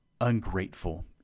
ungrateful